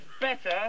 better